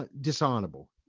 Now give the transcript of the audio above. dishonorable